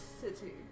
city